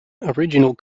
original